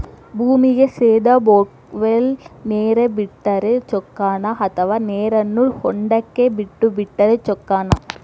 ಭೂಮಿಗೆ ಸೇದಾ ಬೊರ್ವೆಲ್ ನೇರು ಬಿಟ್ಟರೆ ಚೊಕ್ಕನ ಅಥವಾ ನೇರನ್ನು ಹೊಂಡಕ್ಕೆ ಬಿಟ್ಟು ಬಿಟ್ಟರೆ ಚೊಕ್ಕನ?